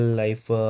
life